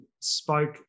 spoke